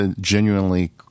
genuinely